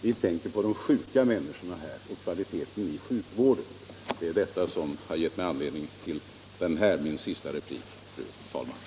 Vi tänker på de sjuka människorna och på sjukvårdens kvalitet. Det är detta som givit mig anledning till min sista replik, fru talman.